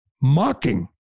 mocking